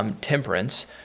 Temperance